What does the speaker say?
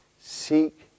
Seek